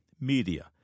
media